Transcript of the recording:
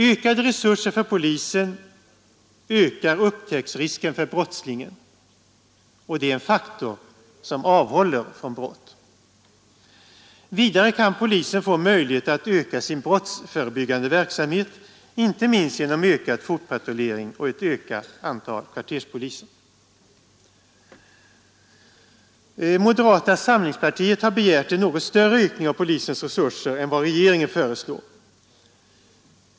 Ökade resurser för polisen ökar upptäcktsrisken för brottslingen och det är en faktor som avhåller från brott. Vidare kan polisen få möjlighet att öka sin brottsförebyggande verksamhet, inte minst genom ökad fotpatrullering och ett ökat antal kvarterspoliser. Moderata samlingspartiet har begärt något större ökning av polisens resurser än vad regeringen föreslår.